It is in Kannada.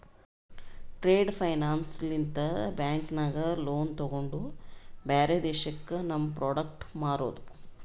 ಟ್ರೇಡ್ ಫೈನಾನ್ಸ್ ಲಿಂತ ಬ್ಯಾಂಕ್ ನಾಗ್ ಲೋನ್ ತೊಗೊಂಡು ಬ್ಯಾರೆ ದೇಶಕ್ಕ ನಮ್ ಪ್ರೋಡಕ್ಟ್ ಮಾರೋದು